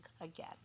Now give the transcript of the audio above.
again